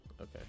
Okay